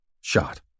Shot